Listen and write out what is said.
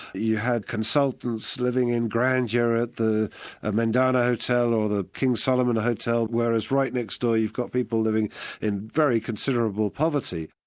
you had consultants living in grandeur at the ah mendana hotel or the king solomon hotel whereas right next door you've got people living in very considerable poverty.